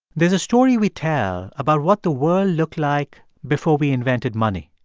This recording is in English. there's a story we tell about what the world looked like before we invented money.